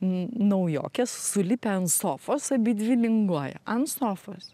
n naujokės sulipę ant sofos abidvi linguoja ant sofos